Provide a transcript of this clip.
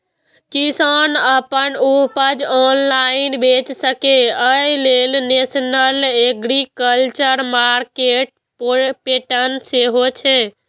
किसान अपन उपज ऑनलाइन बेच सकै, अय लेल नेशनल एग्रीकल्चर मार्केट पोर्टल सेहो छै